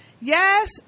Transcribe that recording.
yes